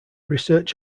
research